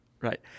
Right